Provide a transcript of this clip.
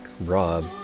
Rob